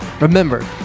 Remember